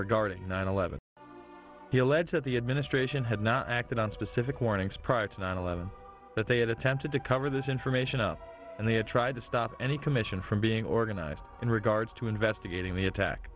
regarding nine eleven he alleged that the administration had not acted on specific warnings prior to nine eleven that they had attempted to cover this information up and they tried to stop any commission from being organized in regards to investigating the attack